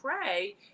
pray